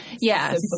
Yes